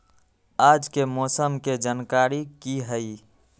आज के मौसम के जानकारी कि हई?